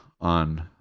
on